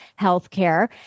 healthcare